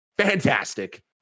fantastic